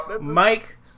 Mike